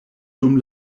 dum